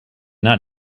not